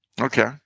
Okay